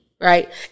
right